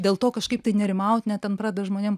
dėl to kažkaip tai nerimaut net ten pradeda žmonėm